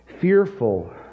fearful